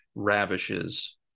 ravishes